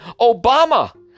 obama